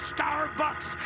Starbucks